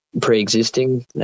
pre-existing